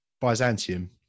Byzantium